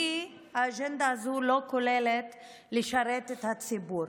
האג'נדה הזאת לא כוללת לשרת את הציבור